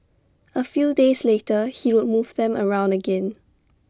A few days later he would move them around again